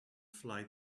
flight